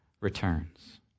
returns